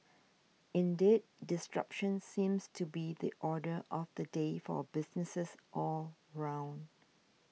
indeed disruption seems to be the order of the day for businesses all round